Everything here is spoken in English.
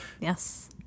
Yes